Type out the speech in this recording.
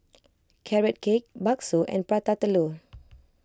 Carrot Cake Bakso and Prata Telur